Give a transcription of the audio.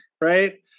Right